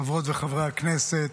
חברות וחברי הכנסת,